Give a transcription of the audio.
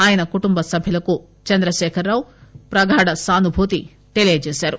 ఆయన కుటుంబ సభ్యులకు చంద్రశేఖర్ రావు ప్రగాఢ సానుభూతి తెలిపారు